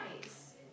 nice